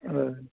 हय